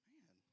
Man